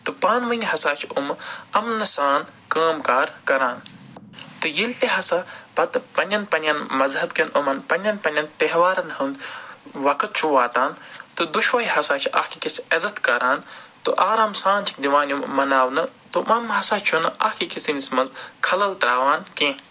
تہٕ پانہٕ ؤنۍ ہَسا چھِ یِم اَمنہٕ سان کٲم کار کَران تہٕ ییٚلہِ تہِ ہَسا پَتہٕ پَنٛنٮ۪ن پَنٛنٮ۪ن مَذہَب کٮ۪ن یِمَن پَنٛنٮ۪ن پَنٛنٮ۪ن تہوارَن ہُنٛد وقت چھُ واتان تہٕ دۄشؤے ہَسا چھِ اکھ أکِس عزت کران تہٕ آرام سان چھِکھ دِوان یِم مَناونہٕ تہٕ یِم ہَسا چھُنہٕ اکھ أکِس سٕنٛدِس مَنٛز خلَل ترٛاوان کیٚنٛہہ